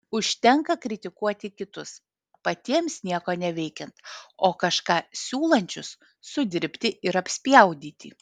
užtenka kritikuoti kitus patiems nieko neveikiant o kažką siūlančius sudirbti ir apspjaudyti